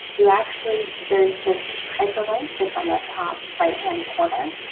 you actually there's this hyperlink that's on the top right-hand corner.